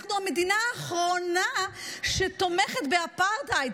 אנחנו המדינה האחרונה שתומכת באפרטהייד.